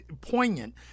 poignant